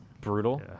brutal